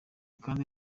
kandi